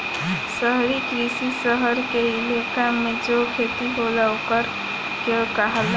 शहरी कृषि, शहर के इलाका मे जो खेती होला ओकरा के कहाला